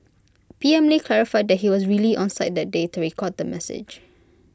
P M lee clarified that he was really on site that day to record the message